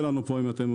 וכד'.